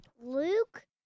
Luke